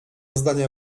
zdania